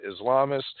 Islamists